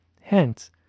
Hence